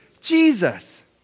Jesus